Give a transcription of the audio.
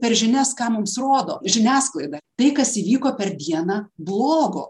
per žinias ką mums rodo žiniasklaida tai kas įvyko per dieną blogo